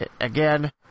Again